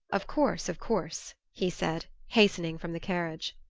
of course, of course, he said, hastening from the carriage.